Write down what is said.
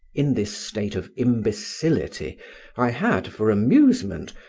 in this state of imbecility i had, for amusement,